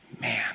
Man